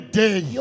day